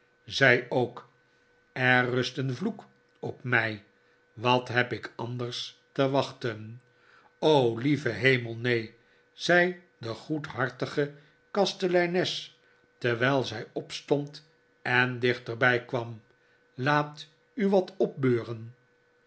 zij ook er rust een vloek op mij wat heb ik anders te wachten r o lieve hemel neen zei de goedhartige kasteleines terwijl zij opstond en dichterbij kwam laat u wat opbeuren